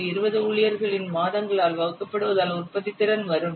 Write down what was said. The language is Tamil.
சி 20 ஊழியர்களின் மாதங்களால் வகுக்கப்படுவதால் உற்பத்தித்திறன் வரும்